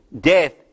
Death